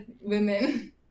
women